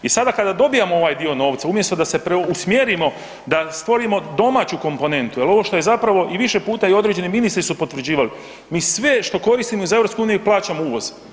I sada kada dobijamo ovaj dio novca umjesto da se preusmjerimo da stvorimo domaću komponentu jel ovo što je zapravo i više puta i određeni ministri su potvrđivali, mi sve što koristimo iz EU plaćamo uvoz.